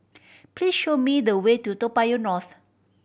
please show me the way to Toa Payoh North